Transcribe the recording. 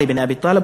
עלי בן אבי טאלב,